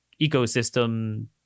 ecosystem